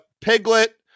piglet